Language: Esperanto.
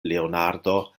leonardo